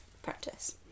practice